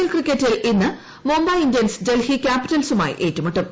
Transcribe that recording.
L ക്രിക്കറ്റിൽ ഇന്ന് Mumbai Indians Delhi ക്യാപിറ്റൽസുമായി ഏറ്റുമുട്ടും